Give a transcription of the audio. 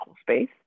space